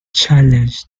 challenge